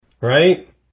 right